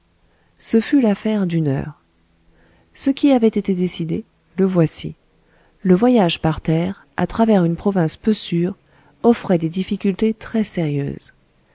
ce fut l'affaire d'une heure ce qui avait été décidé le voici le voyage par terre à travers une province peu sûre offrait des difficultés très sérieuses